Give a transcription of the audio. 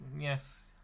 Yes